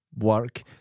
work